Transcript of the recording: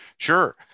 Sure